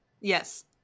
Yes